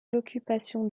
l’occupation